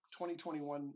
2021